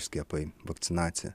skiepai vakcinacija